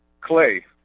Clay